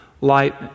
light